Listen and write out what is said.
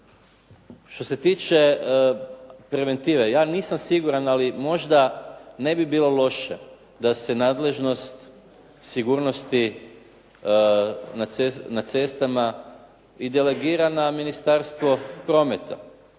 što se tiče preventive. Ja nisam siguran ali možda ne bi bilo loše da se nadležnost sigurnosti na cestama i delegira na Ministarstvo prometa.